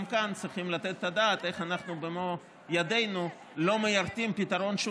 גם כאן צריכים לתת את הדעת איך אנחנו לא מיירטים במו ידינו פתרון שהוא